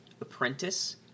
Apprentice